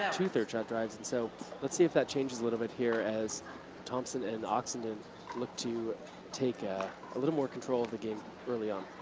two third shot drives and so let's see if that changes a little bit here as thompson and oxenden look to take ah a little more control of the game early on.